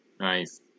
Nice